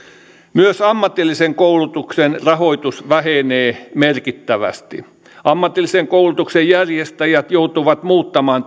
myös ammatillisen koulutuksen rahoitus vähenee merkittävästi ammatillisen koulutuksen järjestäjät joutuvat muuttamaan